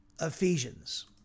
Ephesians